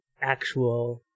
actual